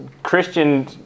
Christian